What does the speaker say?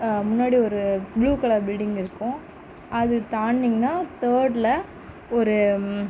முன்னாடி ஒரு blue colour building இருக்கும் அது தாண்டினீங்கன்னா தேர்ட்டில் ஒரு